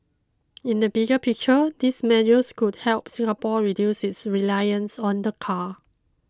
in the bigger picture these measures could help Singapore reduce its reliance on the car